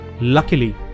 Luckily